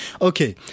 okay